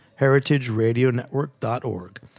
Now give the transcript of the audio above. HeritageRadioNetwork.org